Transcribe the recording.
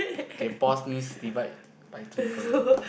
K pause means divide by three point